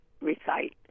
recite